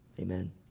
amen